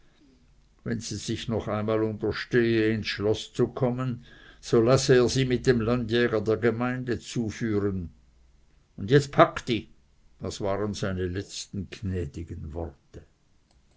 wenn sie sich noch einmal unterstehe ins schloß zu kommen so lasse er sie mit dem landjäger der gemeinde zuführen und jetzt pack di waren seine letzten gnädigen worte